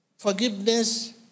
Forgiveness